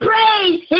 Praise